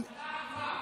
בהתחלה היא עברה.